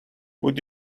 would